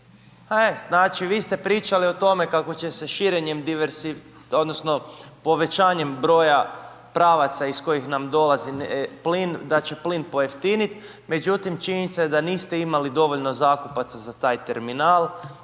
Znači vi ste pričali o tome kako će se širenjem, odnosno povećanjem broja pravaca iz kojih nam dolazi plin da će plin pojeftiniti. Međutim, činjenica je da niste imali dovoljno zakupaca za taj terminal